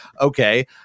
okay